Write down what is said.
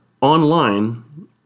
online